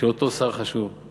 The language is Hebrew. של אותו שר חשוב,